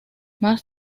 más